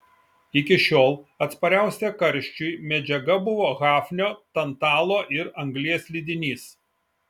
iki šiol atspariausia karščiui medžiaga buvo hafnio tantalo ir anglies lydinys